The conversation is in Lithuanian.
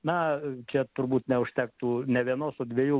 na čia turbūt neužtektų nė vienos o dviejų